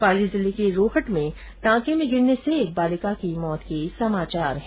पाली जिले के रोहट में टांके में गिरने से एक बालिका की मौत के समाचार हैं